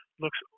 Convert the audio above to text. looks